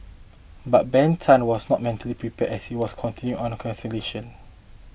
but Ben Tan was not mentally prepared as he was counting on a cancellation